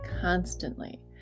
constantly